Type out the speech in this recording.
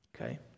okay